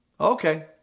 Okay